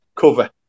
cover